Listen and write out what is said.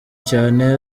cyane